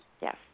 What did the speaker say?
yes